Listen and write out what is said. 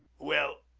well,